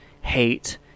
hate